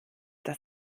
das